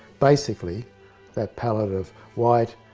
basically that palette of white,